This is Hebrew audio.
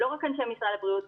לא רק אנשי משרד הבריאות,